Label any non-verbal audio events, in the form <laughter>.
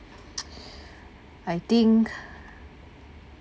<noise> I think